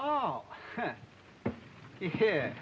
oh yeah